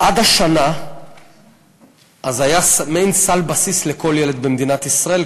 עד השנה היה מעין סל בסיס לכל ילד במדינת ישראל,